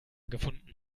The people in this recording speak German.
gefunden